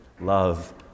love